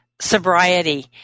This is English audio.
sobriety